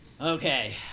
okay